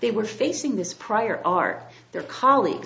they were facing this prior art their colleagues